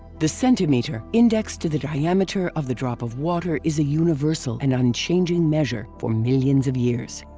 the centimeter indexed to the diameter of the drop of water is a universal and unchanging measure for millions of years.